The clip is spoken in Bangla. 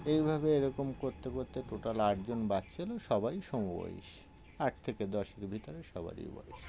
এইভাবে এরকম করতে করতে টোটাল আটজন বাচ্চাো সবাই সমবয়স আট থেকে দশের ভিতরে সবারই বয়স